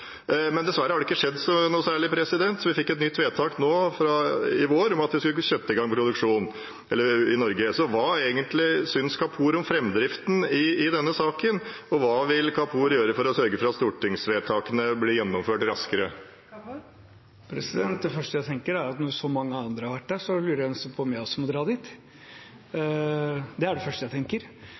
men dessverre har det ikke skjedd noe særlig. Så fikk vi et nytt vedtak i vår om at vi skulle sette i gang produksjon i Norge. Hva synes Kapur om framdriften i denne saken, og hva vil Kapur gjøre for å sørge for at stortingsvedtakene blir gjennomført raskere? Det første jeg tenker, er at når så mange andre har vært der, lurer jeg nesten på om jeg også må dra dit. Det er det første jeg tenker.